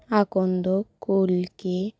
আকন্দ কলকে